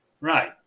Right